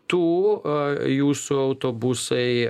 tu jūsų autobusai